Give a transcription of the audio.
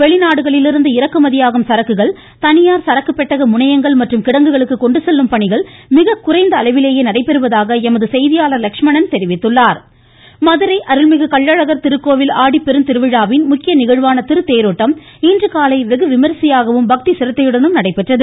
வெளிநாடுகளிலிருந்து இறக்குமதியாகும் சரக்குகள் தனியார் சரக்கு பெட்டக முனையங்கள் மற்றும் கிடங்குகளுக்கு கொண்டு செல்லும் பணிகள் மிக குறைந்த அளவிலேயே நடைபெறுவதாக எமது செய்தியாளர் லட்சுமணன் தெரிவிக்கிறார் கள்ளழகர் மதுரை அருள்மிகு கள்ளழகர் திருக்கோவில் ஆடிப்பெருந் திருவிழாவின் முக்கிய நிகழ்வான திருத்தேரோட்டம் இன்றுகாலை வெகு விமரிசையாகவும் பக்தி சிரத்தையுடனும் நடைபெற்றது